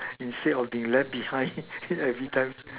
instead of be left behind everytime